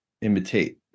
imitate